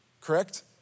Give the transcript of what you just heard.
Correct